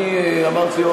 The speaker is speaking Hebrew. אני אמרתי,